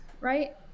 right